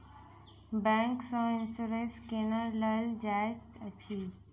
bank सँ insurance केना लेल जाइत अछि